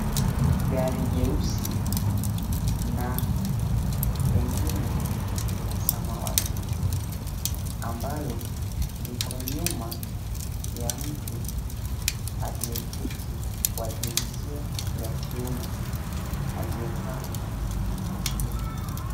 Gari jeusi na lengine la samawati, ambalo liko nyuma ya mtu aliyeketi, wa jinsia ya kiume, aliyevaa kofia.